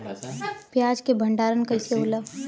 प्याज के भंडारन कइसे होला?